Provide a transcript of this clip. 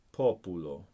populo